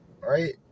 right